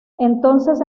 entonces